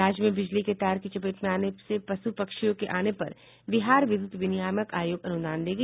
राज्य में बिजली के तार की चपेट में पश् पक्षियों के आने पर भी बिहार विद्यत विनियामक आयोग अनुदान देगी